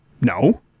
No